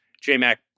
J-Mac